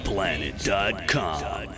planet.com